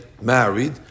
married